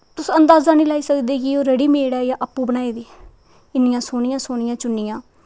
तुस अंदाजा निं लाई सकदे कि ओह् रडीमेड ऐ जां आपूं बनाई दियां इन्नियां सोह्नियां सोह्नियां चुन्नियां